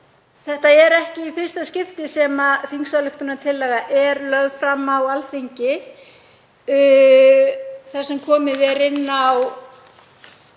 þetta er ekki í fyrsta skipti sem þingsályktunartillaga er lögð fram á Alþingi þar sem komið er inn á